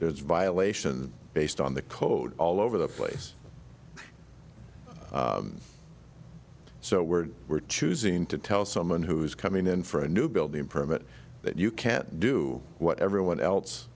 there's violations based on the code all over the place so we're we're choosing to tell someone who's coming in for a new building permit that you can't do what everyone else